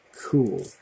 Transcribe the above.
cool